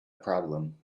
problem